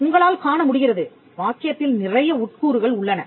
உங்களால் காண முடிகிறது வாக்கியத்தில் நிறைய உட்கூறுகள் உள்ளன